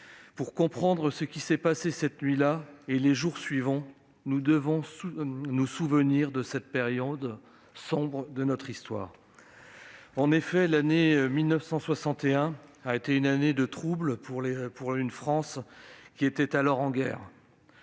pour comprendre ce qui s'est passé cette nuit-là et les jours suivants, nous devons nous souvenir de cette période sombre de notre histoire. En effet, 1961 est une année de troubles, la France étant alors en guerre